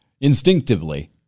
instinctively